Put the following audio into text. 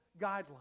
guidelines